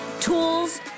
tools